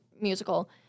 musical